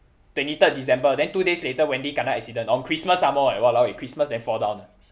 twenty third december then two days later wendy kena accident on christmas some more eh !walao! eh christmas then fall down ah